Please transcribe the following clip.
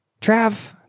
Trav